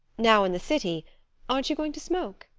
now, in the city aren't you going to smoke?